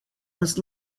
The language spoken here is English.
was